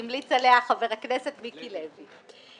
שהמליץ עליה חבר הכנסת מיקי לוי.